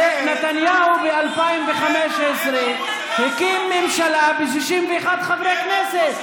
הרי נתניהו ב-2015 הקים ממשלה ב-61 חברי כנסת.